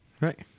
Right